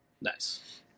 Nice